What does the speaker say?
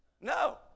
No